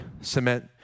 cement